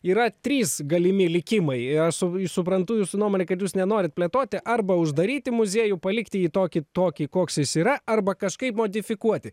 yra trys galimi likimai aš su jus suprantu jūsų nuomonę kad jūs nenorit plėtoti arba uždaryti muziejų palikti jį tokį tokį koks jis yra arba kažkaip modifikuoti